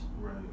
Right